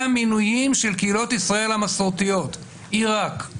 המינויים של קהילות ישראל המסורתיות עיראק,